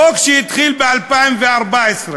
חוק שהתחיל ב-2014,